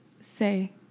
say